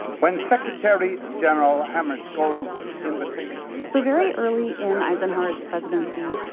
when secretary-general hammarskjold's invitation. so very early in eisenhower's presidency,